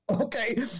okay